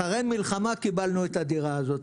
אחרי המלחמה קיבלנו את הדירה הזאת.